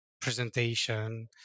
presentation